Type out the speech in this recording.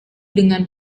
dengan